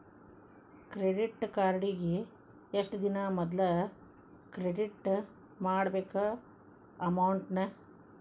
credit ಕಾರ್ಡಿಗಿ ಎಷ್ಟ ದಿನಾ ಮೊದ್ಲ ಕ್ರೆಡಿಟ್ ಮಾಡ್ಬೇಕ್ ಅಮೌಂಟ್ನ